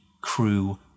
crew